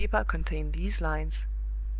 the paper contained these lines,